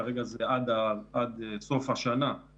כרגע האישור להפעיל דיילי קורונה הוא עד סוף השנה האישור.